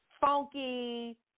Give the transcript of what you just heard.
funky